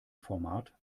format